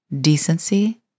decency